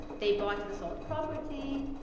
they bought and sold property.